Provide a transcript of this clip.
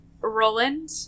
Roland